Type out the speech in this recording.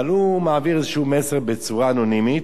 אבל הוא מעביר איזה מסר בצורה אנונימית,